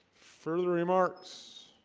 further remarks